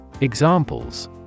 Examples